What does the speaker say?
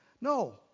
no